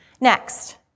Next